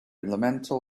elemental